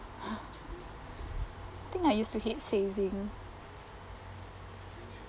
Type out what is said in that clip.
I think I used to hate saving